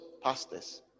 pastors